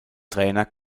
trainer